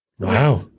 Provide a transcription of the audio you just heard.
Wow